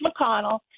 McConnell